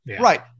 right